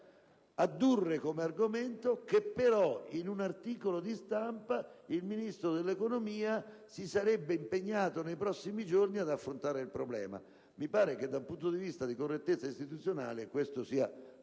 addurre come argomento che in un articolo di stampa il Ministro dell'economia si sarebbe impegnato nei prossimi giorni ad affrontare il problema. Mi pare che dal punto di vista della correttezza istituzionale questo sia